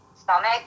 stomach